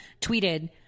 tweeted